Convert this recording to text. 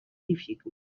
difficult